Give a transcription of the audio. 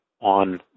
on